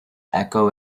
echo